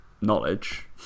knowledge